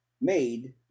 made